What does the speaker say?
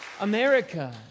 America